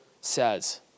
says